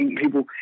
people